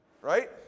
Right